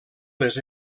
les